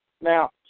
Now